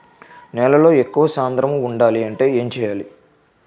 నేలలో ఎక్కువ సాంద్రము వుండాలి అంటే ఏంటి చేయాలి?